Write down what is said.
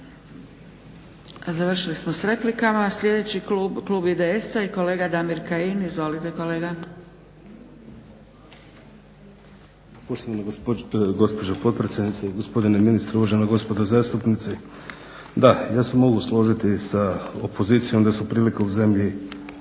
Završili smo s replikama. Sljedeći klub IDS-a i kolega Damir Kajin. Izvolite kolega. **Kajin, Damir (IDS)** Poštovana gospođo potpredsjednice, gospodine ministre, uvažena gospodo zastupnici. Da, ja se mogu složit s opozicijom da su prilike u zemlji